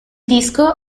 disco